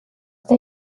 der